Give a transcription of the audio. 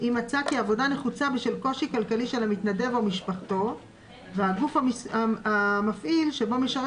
העבודה נחוצה בשל קושי כלכלי של המתנדב או משפחתו והגוף המפעיל שבו משרת